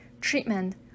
treatment